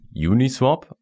Uniswap